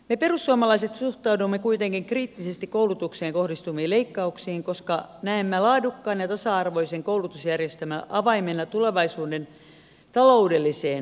me perussuomalaiset suhtaudumme kuitenkin kriittisesti koulutukseen kohdistuviin leikkauksiin koska näemme laadukkaan ja tasa arvoisen koulutusjärjestelmän avaimena tulevaisuuden taloudelliseen menestykseen